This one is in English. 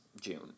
June